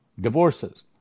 divorces